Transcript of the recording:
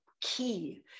key